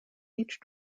each